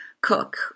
cook